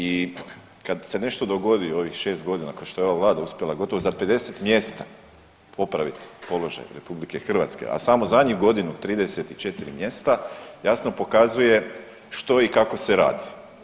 I kad se nešto dogodi u ovih 6 godina ko što je ova vlada uspjela gotovo za 50 mjesta popraviti položaj RH, a samo zadnjih godinu 34 mjesta jasno pokazuje što i kako se radi.